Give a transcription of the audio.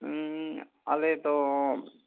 ᱟᱞᱮᱫᱚ